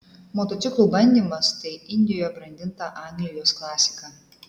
motociklų bandymas tai indijoje brandinta anglijos klasika